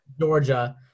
Georgia